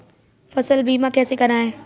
फसल बीमा कैसे कराएँ?